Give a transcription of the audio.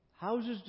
Houses